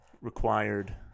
Required